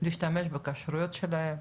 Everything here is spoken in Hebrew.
להשתמש בכשרויות שלהם.